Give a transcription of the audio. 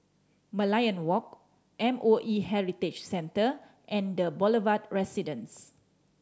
Merlion Walk M O E Heritage Centre and The Boulevard Residence